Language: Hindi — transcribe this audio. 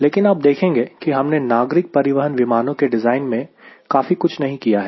लेकिन आप देखेंगे कि हमने नागरिक परिवहन विमानों के डिज़ाइन में काफी कुछ नहीं किया है